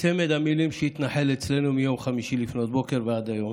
צמד המילים שהתנחל אצלנו מיום חמישי לפנות בוקר ועד היום,